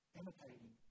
imitating